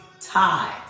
tie